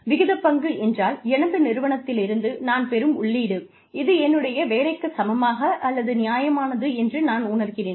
விகிதப்பங்கு என்றால் எனது நிறுவனத்திலிருந்து நான் பெறும் உள்ளீடு இது என்னுடைய வேலைக்குச் சமமாக அல்லது நியாயமானது என்று நான் உணர்கிறேன்